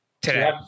today